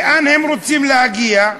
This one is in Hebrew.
לאן הם רוצים להגיע?